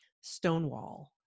Stonewall